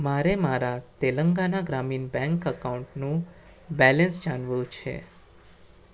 મારે મારા તેલંગાણા ગ્રામીણ બેંક એકાઉન્ટનું બેલેન્સ જાણવું છે